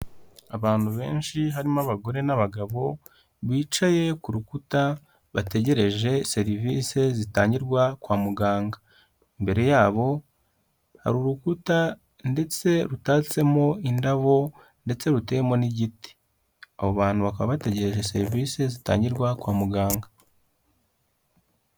Abantu benshi harimo abagore n'abagabo bicaye ku rukuta bategereje serivisi zitangirwa kwa muganga, imbere yabo hari urukuta ndetse rutatsemo indabo, ndetse ruteyemo n'igiti, abo bantu bakaba bategereje serivisi zitangirwa kwa muganga.